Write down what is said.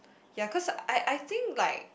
ya cause I I think like